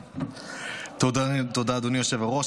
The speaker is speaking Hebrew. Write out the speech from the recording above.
תודה, אדוני היושב-ראש.